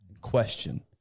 question